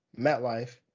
MetLife